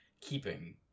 keeping